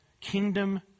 kingdom